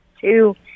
two